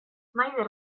maider